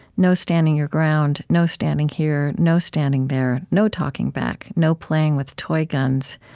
no standing your ground, no standing here, no standing there, no talking back, no playing with toy guns,